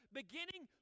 beginning